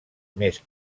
més